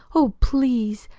oh, please,